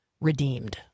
redeemed